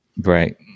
Right